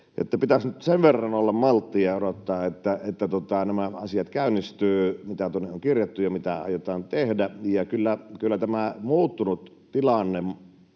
pitäisi nyt sen verran olla malttia odottaa, että nämä asiat käynnistyvät, mitä tuonne on kirjattu ja mitä aiotaan tehdä. Kyllä tämä muuttunut tilanne